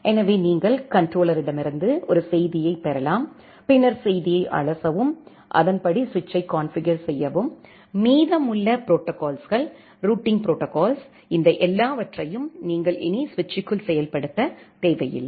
எனவே நீங்கள் கண்ட்ரோலரிடமிருந்து ஒரு செய்தியைப் பெறலாம் பின்னர் செய்தியை அலசவும் அதன்படி சுவிட்சை கான்ஃபிகர் செய்யவும் மீதமுள்ள ப்ரோடோகால்ஸ்கள் ரூட்டிங் ப்ரோடோகால்ஸ் இந்த எல்லாவற்றையும் நீங்கள் இனி சுவிட்சுக்குள் செயல்படுத்த தேவையில்லை